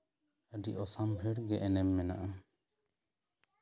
ᱟᱹᱰᱤ ᱚᱥᱟᱢᱵᱷᱮᱲ ᱜᱮ ᱮᱱᱮᱢ ᱢᱮᱱᱟᱜᱼᱟ